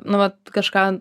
nu vat kažką